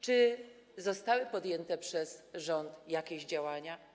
Czy zostały podjęte przez rząd jakieś działania?